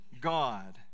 God